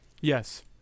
Yes